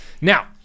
Now